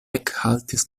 ekhaltis